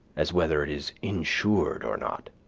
as whether it is insured or not.